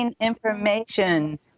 information